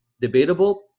debatable